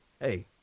hey